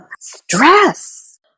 stress